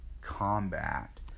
combat